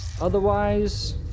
otherwise